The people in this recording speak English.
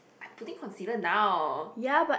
I putting concealer now